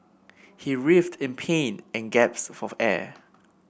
he writhed in pain and gasped for air